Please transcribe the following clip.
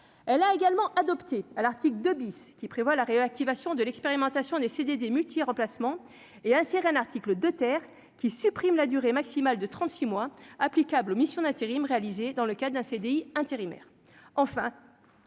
elle a également adopté à l'article 2 bis qui prévoit la réactivation de l'expérimentation des CD, des multi-remplacement est inséré un article de terre qui supprime la durée maximale de 36 mois applicable aux missions d'intérim dans le cas d'un CDI intérimaires enfin